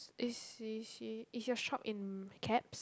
is is is your shop in caps